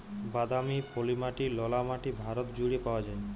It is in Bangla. বাদামি, পলি মাটি, ললা মাটি ভারত জুইড়ে পাউয়া যায়